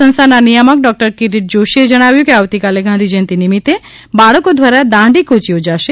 સંસ્થાના નિયામક ડોક્ટર કિરીટ જોશીએ જણાવ્યું કે આવતીકાલે ગાંધીજયંતિ નિમિત્ત બાળકો દ્વારા દાંડી કૂય યોજાશે